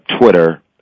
Twitter